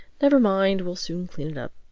never mind, we'll soon clean it up.